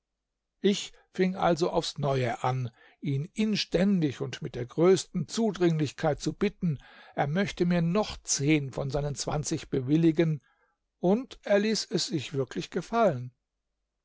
ich fing also aufs neue an ihn inständig und mit der größten zudringlichkeit zu bitten er möchte mir noch zehn von seinen zwanzig bewilligen und er ließ es sich wirklich gefallen